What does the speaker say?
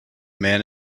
man